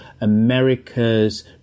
America's